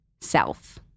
self